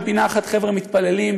בפינה אחת חבר'ה מתפללים,